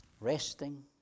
resting